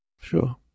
Sure